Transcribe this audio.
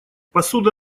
посуда